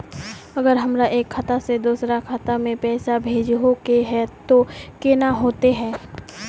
अगर हमरा एक खाता से दोसर खाता में पैसा भेजोहो के है तो केना होते है?